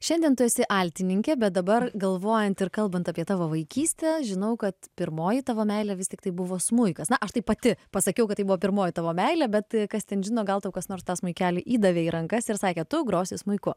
šiandien tu esi altininkė bet dabar galvojant ir kalbant apie tavo vaikystę žinau kad pirmoji tavo meilė vis tiktai buvo smuikas na aš tai pati pasakiau kad tai buvo pirmoji tavo meilė bet kas ten žino gal tau kas nors tą smuikelį įdavė į rankas ir sakė tu grosi smuiku